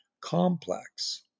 complex